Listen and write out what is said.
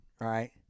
right